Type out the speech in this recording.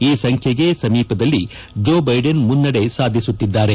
ಈ ಸಂಖ್ಯೆಗೆ ಸಮೀಪದಲ್ಲಿ ಜೋ ಬೈಡೆನ್ ಮುನ್ನಡೆ ಸಾಧಿಸುತ್ತಿದ್ದಾರೆ